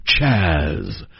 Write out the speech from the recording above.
Chaz